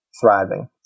thriving